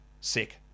sick